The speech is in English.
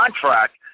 contract